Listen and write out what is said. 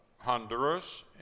Honduras